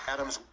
Adams